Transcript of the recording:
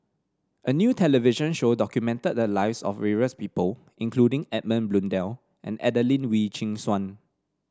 a new television show documented the lives of various people including Edmund Blundell and Adelene Wee Chin Suan